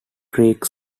creek